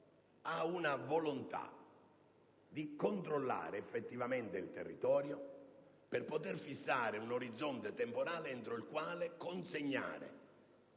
ad una volontà di controllare effettivamente il territorio per poter fissare un orizzonte temporale entro il quale consegnare